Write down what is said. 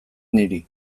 niri